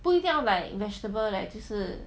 不一定要 like vegetable leh 就是